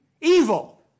Evil